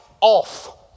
off